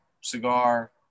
cigar